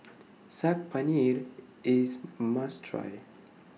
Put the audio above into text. Saag Paneer IS must Try